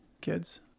kids